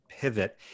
pivot